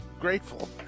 grateful